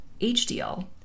HDL